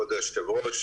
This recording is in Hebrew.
כבוד היושב-ראש.